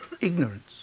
Ignorance